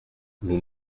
nous